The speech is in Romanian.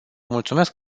mulțumesc